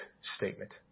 statement